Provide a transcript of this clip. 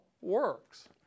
works